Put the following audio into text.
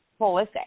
holistic